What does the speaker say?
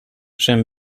j’aime